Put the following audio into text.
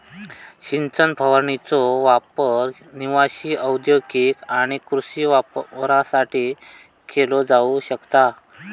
सिंचन फवारणीचो वापर निवासी, औद्योगिक आणि कृषी वापरासाठी केलो जाऊ शकता